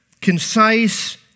concise